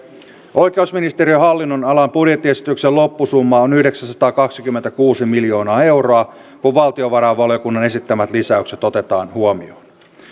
oikeusministeriön hallinnonalan budjettiesityksen loppusumma on yhdeksänsataakaksikymmentäkuusi miljoonaa euroa kun valtiovarainvaliokunnan esittämät lisäykset otetaan huomioon